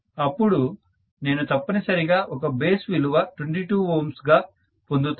అపుడు నేను తప్పనిసరిగా ఒకే బేస్ విలువ 22 Ω పొందుతాను